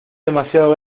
demasiado